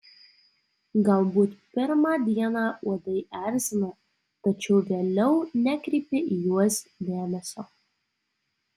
galbūt pirmą dieną uodai erzina tačiau vėliau nekreipi į juos dėmesio